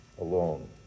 alone